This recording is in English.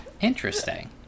Interesting